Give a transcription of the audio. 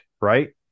right